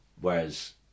Whereas